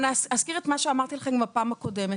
אני אזכיר מה שאמרתי בפעם הקודמת.